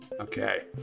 Okay